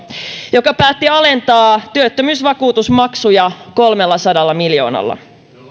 joka päätti alentaa työttömyysvakuutusmaksuja kolmellasadalla miljoonalla